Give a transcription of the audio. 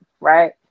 right